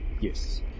yes